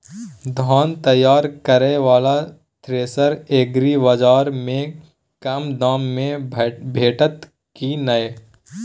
धान तैयार करय वाला थ्रेसर एग्रीबाजार में कम दाम में भेटत की नय?